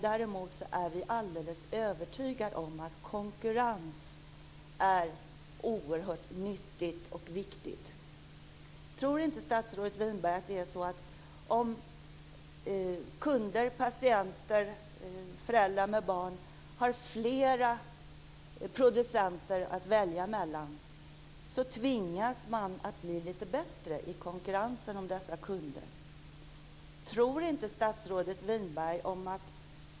Däremot är vi alldeles övertygade om att konkurrens är oerhört nyttigt och viktigt. Tror inte statsrådet Winberg att det är så att om kunder, patienter och föräldrar med barn har fler producenter att välja mellan tvingas de att bli att bli lite bättre i konkurrensen om dessa kunder?